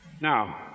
Now